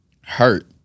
hurt